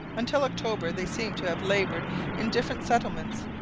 until october they seem to have laboured in different settlements,